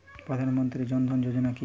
প্রধান মন্ত্রী জন ধন যোজনা কি?